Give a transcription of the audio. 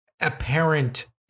apparent